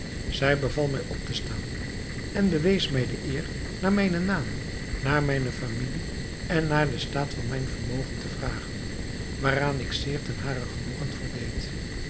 zij beval mij op te staan en bewees mij de eer naar mijnen naam naar mijne familie en naar den staat van mijn vermogen te vragen waaraan ik zeer ten haren genoegen voldeed